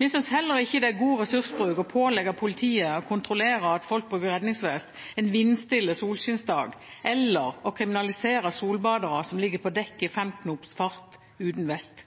Vi synes heller ikke det er god ressursbruk å pålegge politiet å kontrollere at folk bruker redningsvest en vindstille solskinnsdag, eller å kriminalisere solbadere som ligger på dekk i fem knops fart, uten vest.